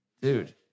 Dude